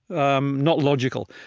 um not logical.